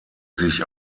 sich